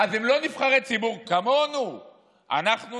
אז הם לא נבחרי ציבור כמונו,